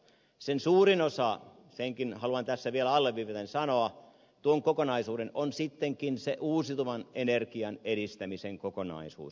tuon kokonaisuuden suurin osa senkin haluan tässä vielä alleviivaten sanoa on sittenkin se uusiutuvan energian edistämisen kokonaisuus